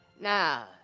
Now